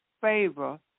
favor